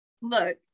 look